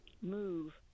move